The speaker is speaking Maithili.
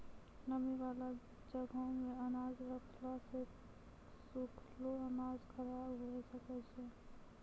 नमी बाला जगहो मे अनाज रखला से सुखलो अनाज खराब हुए सकै छै